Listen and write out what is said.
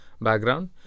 background